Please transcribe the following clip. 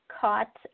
caught